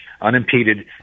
unimpeded